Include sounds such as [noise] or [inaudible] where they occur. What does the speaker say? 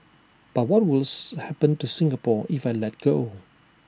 but what will [unintelligible] happen to Singapore if I let go